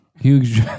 Huge